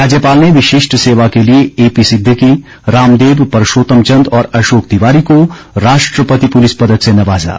राज्यपाल ने विशिष्ट सेवा के लिए एपी सिद्विकी रामदेव परशोतम चंद और अशोक तिवारी को राष्ट्रपति पुलिस पदक से नवाजा